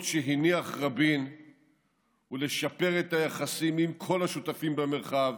שהניח רבין ולשפר את היחסים עם כל השותפים במרחב